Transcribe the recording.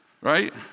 Right